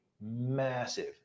massive